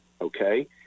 okay